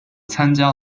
参加